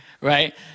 Right